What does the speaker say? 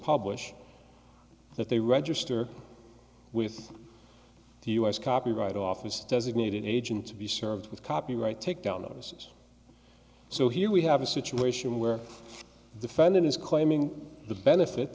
publish that they register with the u s copyright office designated agent to be served with copyright takedown notices so here we have a situation where defendant is claiming the benefit